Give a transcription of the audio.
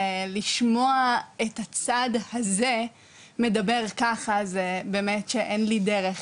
ולשמוע את הצד הזה מדבר ככה זה באמת שאין לי דרך,